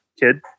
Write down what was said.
kid